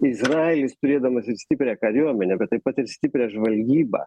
izraelis turėdamas ir stiprią kariuomenę bet taip pat ir stiprią žvalgybą